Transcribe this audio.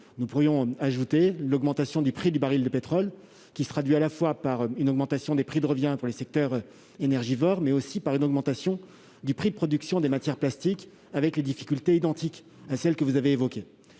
Nous pourrions y ajouter l'augmentation du prix du baril de pétrole, qui se traduit à la fois par une hausse des prix de revient pour les secteurs énergivores et par une augmentation du prix de production des matières plastiques, avec des difficultés identiques à celles que vous avez évoquées.